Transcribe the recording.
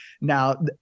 now